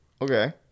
Okay